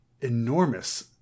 enormous